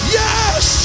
yes